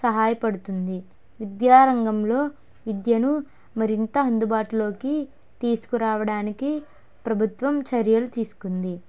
సహాయపడుతుంది విద్యారంగంలో విద్యను మరింత అందుబాటులోకి తీసుకరావడానికి ప్రభుత్వం చర్యలు తీసుకుంది